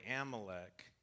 Amalek